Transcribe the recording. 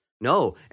No